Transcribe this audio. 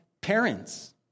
parents